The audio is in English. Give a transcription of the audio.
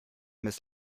mrs